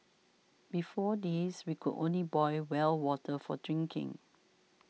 before this we could only boil well water for drinking